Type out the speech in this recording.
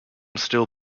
still